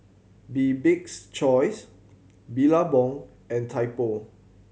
Bibik's Choice Billabong and Typo